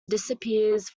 disappears